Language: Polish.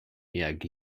jak